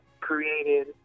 created